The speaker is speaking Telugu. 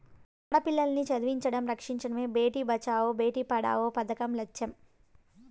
ఆడపిల్లల్ని చదివించడం, రక్షించడమే భేటీ బచావో బేటీ పడావో పదకం లచ్చెం